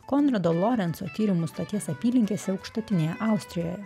konrado lorenco tyrimų stoties apylinkėse aukštutinėje austrijoje